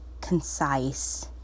concise